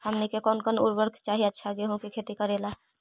हमनी के कौन कौन उर्वरक चाही अच्छा गेंहू के खेती करेला?